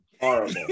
Horrible